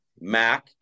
Mac